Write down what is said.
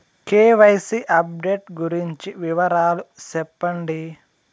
KYC update గురించి వివరాలు సెప్పండి?